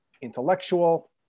Intellectual